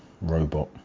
robot